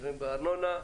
עוזרים בארנונה.